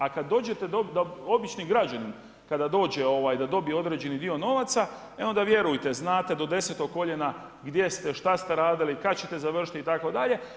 A kad dođete, obični građanin kada dođe da dobije određeni dio novaca e onda vjerujte znate do desetog koljena gdje ste, šta ste radili, kad ćete završiti itd.